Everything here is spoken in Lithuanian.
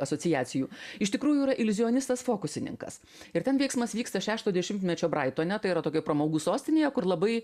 asociacijų iš tikrųjų yra iliuzionistas fokusininkas ir ten veiksmas vyksta šešto dešimtmečio braitone tai yra tokioj pramogų sostinėje kur labai